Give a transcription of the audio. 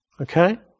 Okay